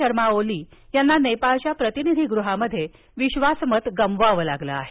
शर्मा ओली यांना नेपाळच्या प्रतिनिधीगृहामध्ये विश्वासमत गमवावं लागलं आहे